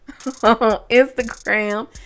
Instagram